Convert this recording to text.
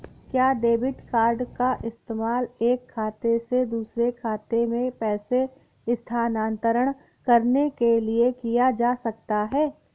क्या debit card का इस्तेमाल एक खाते से दूसरे खाते में पैसे स्थानांतरण करने के लिए किया जा सकता है?